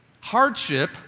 Hardship